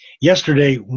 yesterday